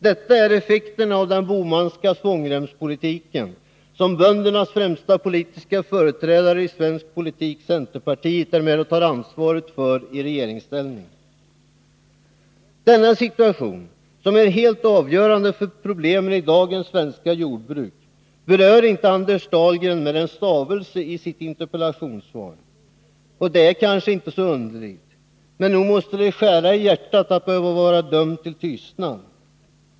Detta är effekterna av den Bohmanska svångremspolitiken, som böndernas främsta företrädare i svensk politik, centerpartiet, är med och tar ansvaret för i regeringsställning. Denna situation, som är helt avgörande för problemen i dagens svenska jordbruk, berör Anders Dahlgren inte med en stavelse i sitt interpellationssvar. Det är kanske inte så underligt, men nog måste det skära i hjärtat att behöva vara dömd till tystnad.